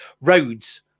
Roads